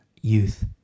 youth